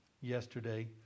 yesterday